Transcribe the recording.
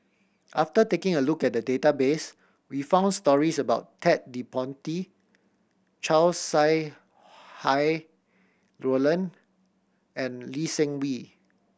after taking a look at the database we found stories about Ted De Ponti Chow Sau Hai Roland and Lee Seng Wee